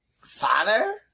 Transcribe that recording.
Father